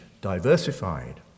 diversified